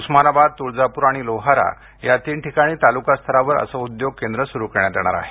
उस्मानाबाद तुळजापूर आणि लोहारा या तीन ठिकाणी तालुकास्तरावर असं उद्योग केंद्र सुरु करण्यात येणार आहे